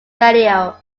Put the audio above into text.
radio